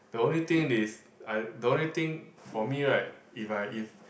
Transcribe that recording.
the only thing is I the only thing for me right if I if